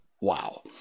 Wow